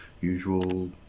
usual